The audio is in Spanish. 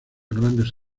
grandes